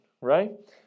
right